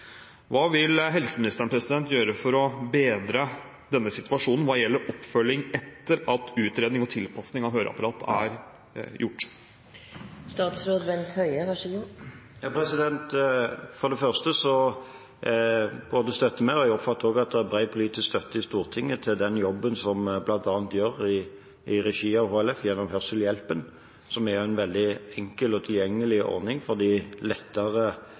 Hva vil helseministeren gjøre for å bedre denne situasjonen hva gjelder oppfølging – etter at utredning og tilpasning av høreapparat er gjort? For det første så støtter vi – som jeg også oppfatter at det er bred politisk støtte til i Stortinget – den jobben som gjøres bl.a. i regi i HLF gjennom hørselshjelpen, som er en veldig enkel og tilgjengelig ordning for de lettere